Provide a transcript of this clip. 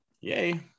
Yay